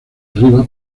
arriba